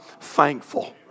thankful